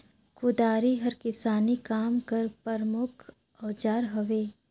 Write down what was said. कुदारी हर किसानी काम कर परमुख अउजार हवे